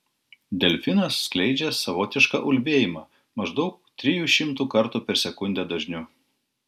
delfinas skleidžia savotišką ulbėjimą maždaug trijų šimtų kartų per sekundę dažniu